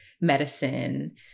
medicine